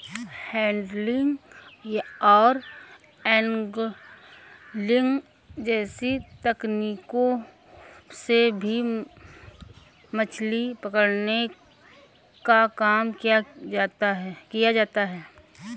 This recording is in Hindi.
हैंडलिंग और एन्गलिंग जैसी तकनीकों से भी मछली पकड़ने का काम किया जाता है